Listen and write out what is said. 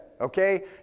okay